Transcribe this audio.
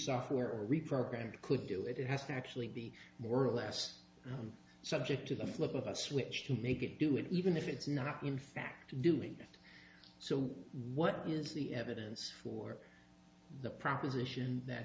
software or reprogrammed could do it it has to actually be more or less subject to the flick of a switch to make it do it even if it's not in fact doing it so what is the evidence for the proposition that